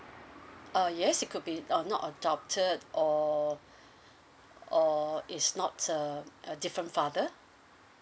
uh yes it could be uh not adopted or or is not err a different father